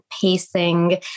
pacing